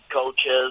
coaches